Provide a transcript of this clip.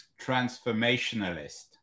transformationalist